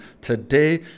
today